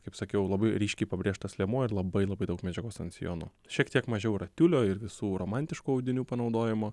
kaip sakiau labai ryškiai pabrėžtas liemuo ir labai labai daug medžiagos ant sijono šiek tiek mažiau yra tiulio ir visų romantiškų audinių panaudojimo